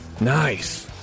Nice